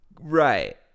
Right